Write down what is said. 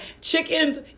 Chickens